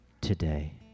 today